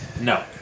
No